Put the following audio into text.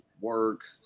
work